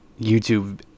youtube